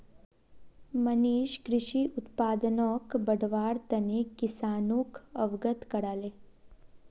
मनीष कृषि उत्पादनक बढ़व्वार तने किसानोक अवगत कराले